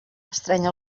estreny